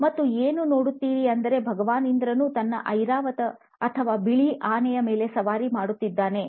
ಮತ್ತು ಏನು ನೋಡಿತ್ತಿರಿ ಅಂದರೆ ಭಗವಾನ್ ಇಂದ್ರನು ತನ್ನ "ಐರಾವತ್" ಅಥವಾ ಬಿಳಿ ಆನೆಯ ಮೇಲೆ ಸವಾರಿ ಮಾಡುತ್ತಿದ್ದಾನೆ